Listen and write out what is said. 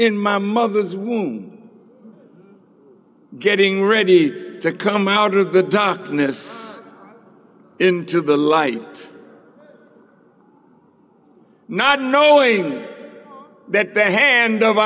in my mother's womb getting ready to come out of the darkness into the light not knowing that the hand of